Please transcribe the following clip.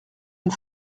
une